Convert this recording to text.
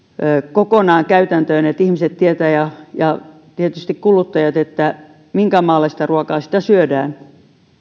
kokonaan käytäntöön että ihmiset ja ja tietysti kuluttajat tietävät minkämaalaista ruokaa sitä syödään